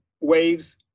waves